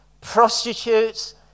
prostitutes